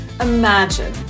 imagine